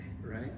right